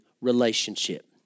relationship